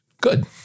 Good